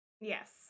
Yes